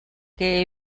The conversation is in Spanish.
que